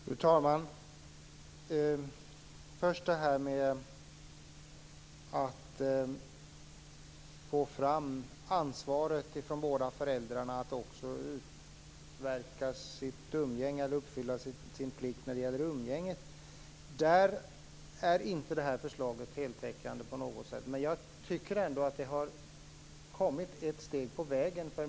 Fru talman! Först till det här med att få fram båda föräldrarnas ansvar för att uppfylla sin plikt när det gäller umgänget. Där är inte det här förslaget heltäckande på något sätt. Men jag tycker ändå att det har kommit ett steg på vägen.